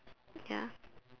ya